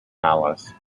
palace